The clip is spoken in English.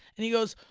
and he goes,